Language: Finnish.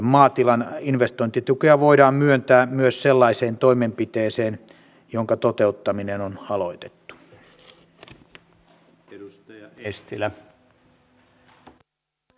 maatilan investointitukea voidaan myöntää myös sellaiseen toimenpiteeseen jonka toteuttaminen on aloitettu